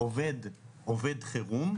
אמר המשנה למנכ"ל נייר לקמוס,